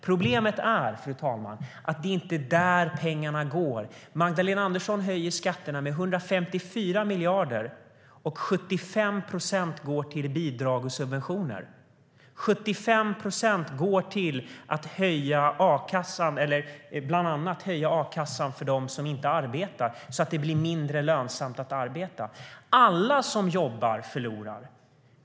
Problemet är, fru talman, att det inte är dit pengarna går. Magdalena Andersson höjer skatterna med 154 miljarder, och 75 procent av dem går till bidrag och subventioner. 75 procent går till att bland annat höja a-kassan för dem som inte arbetar så att det blir mindre lönsamt att arbeta. Alla som jobbar förlorar.